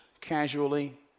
casually